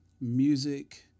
music